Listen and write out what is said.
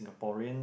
Singaporeans